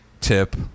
tip